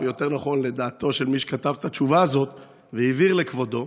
או יותר נכון דעתו של מי שכתב את התשובה הזאת והעביר לכבודו,